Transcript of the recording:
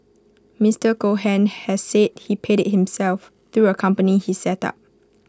Mister Cohen has said he paid IT himself through A company he set up